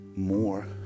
more